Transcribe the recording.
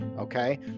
Okay